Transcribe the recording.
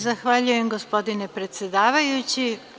Zahvaljujem gospodine predsedavajući.